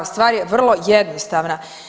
Stvar je vrlo jednostavna.